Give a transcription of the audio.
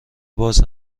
باز